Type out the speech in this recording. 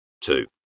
Two